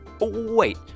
Wait